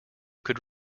could